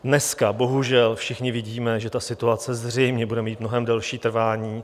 Dneska bohužel všichni vidíme, že ta situace zřejmě bude mít mnohem delší trvání.